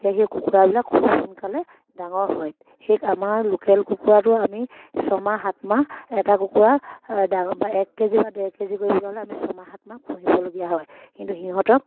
এতিয়া সেই কুকুৰাবিলাক খুব সোনকালে ডাঙৰ হয় সেই আমাৰ লোকেল কুকুৰাটো আমি ছমাহ সাতমাহ এটা কুকুৰা ডাঙৰ বা এক কেজি বা ডেৰ কেজি কৰিবলৈ হ'লে আমি ছমাহ সাতমাহ পুহিবলগীয়া হয় কিন্তু সিহঁতক